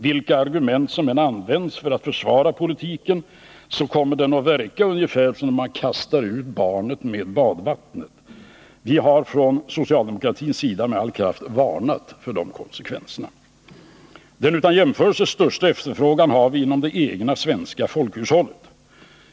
Vilka argument som än används för att försvara politiken så kommer den att verka ungefär som när man kastar ut barnet med badvattnet. Vi har från socialdemokratins sida med all kraft varnat för de konsekvenserna. Den utan jämförelse största efterfrågan har vi inom det egna svenska folkhushållet.